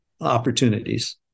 opportunities